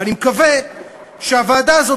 ואני מקווה שהוועדה הזאת,